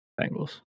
Bengals